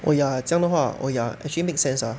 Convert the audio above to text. oh ya 这样的话 oh ya actually make sense ah